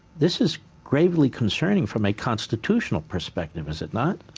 this is greatly concerning from a constitutional perspective, is it not.